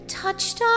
touched